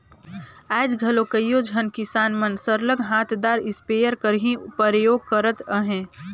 आएज घलो कइयो झन किसान मन सरलग हांथदार इस्पेयर कर ही परयोग करत अहें